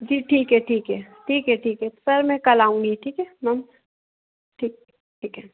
जी ठीक है ठीक है ठीक है ठीक है सर मैं कल आऊँगी ठीक है मैम ठीक ठीक है